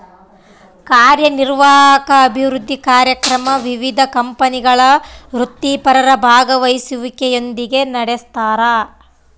ಕಾರ್ಯನಿರ್ವಾಹಕ ಅಭಿವೃದ್ಧಿ ಕಾರ್ಯಕ್ರಮ ವಿವಿಧ ಕಂಪನಿಗಳ ವೃತ್ತಿಪರರ ಭಾಗವಹಿಸುವಿಕೆಯೊಂದಿಗೆ ನಡೆಸ್ತಾರ